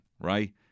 right